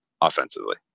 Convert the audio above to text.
offensively